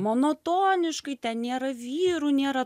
monotoniškai ten nėra vyrų nėra